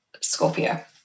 Scorpio